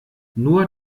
nur